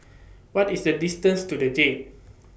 What IS The distance to The Jade